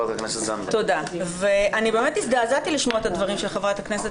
אני באמת הזדעזעתי לשמוע את הדברים של חברת הכנסת